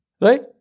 Right